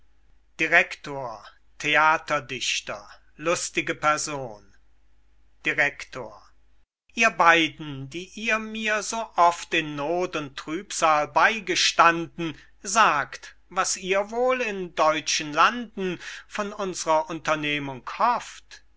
director theaterdichter lustige person director ihr beyden die ihr mir so oft in noth und trübsal beygestanden sagt was ihr wohl in deutschen landen von unsrer unternehmung hofft